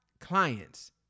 clients